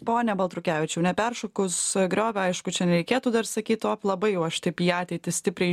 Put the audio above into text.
pone baltrukevičiau neperšokus griovio aišku čia nereikėtų dar sakyt op labai jau aš taip į ateitį stipriai